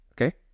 okay